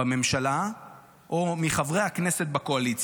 לא, הכול בסדר, הכול בסדר.